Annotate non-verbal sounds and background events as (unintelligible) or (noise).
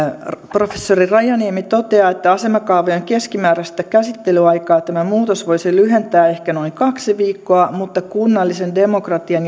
professori rajaniemi toteaa että asemakaavojen keskimääräistä käsittelyaikaa tämä muutos voisi lyhentää ehkä noin kaksi viikkoa mutta kunnallisen demokratian (unintelligible)